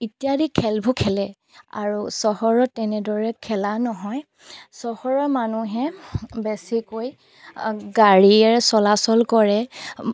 ইত্যাদি খেলবোৰ খেলে আৰু চহৰত তেনেদৰে খেলা নহয় চহৰৰ মানুহে বেছিকৈ গাড়ীয়েৰে চলাচল কৰে